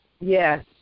Yes